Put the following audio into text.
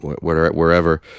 wherever